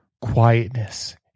Quietness